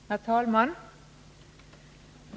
Herr talman!